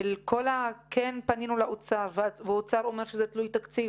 זה שאומרים פנינו לאוצר והאוצר אומר שזה תלוי תקציב,